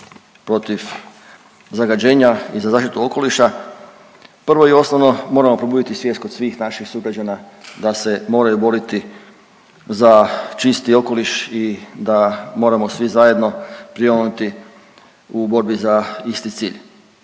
protiv zagađenja i za zaštitu okoliša prvo i osnovno moramo probuditi svijest kod svih naših sugrađana da se moraju boriti za čisti okoliš i da moramo svi zajedno prionuti u borbi za isti cilj.